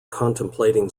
contemplating